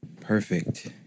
Perfect